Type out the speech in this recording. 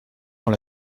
dans